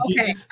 okay